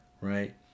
right